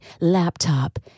laptop